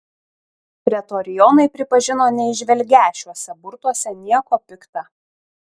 pretorionai pripažino neįžvelgią šiuose burtuose nieko pikta